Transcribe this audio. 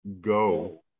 go